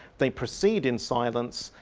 they proceed in silence,